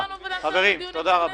אז תשתפו אותנו במהלך הדיונים בכנסת.